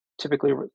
typically